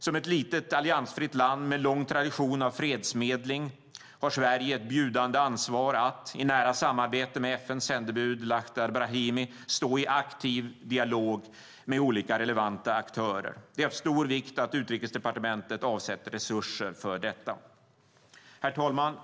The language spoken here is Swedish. Som ett litet alliansfritt land med lång tradition av fredsmedling har Sverige ett bjudande ansvar att - i nära samarbete med FN:s sändebud Lakhdar Brahimi - stå i aktiv dialog med olika relevanta aktörer. Det är av stor vikt att Utrikesdepartementet avsätter resurser för detta. Herr talman!